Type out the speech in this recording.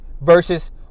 versus